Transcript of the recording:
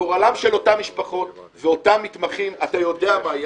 גורלם של אותן משפחות ואותם מתמחים אתה יודע מה יהיה,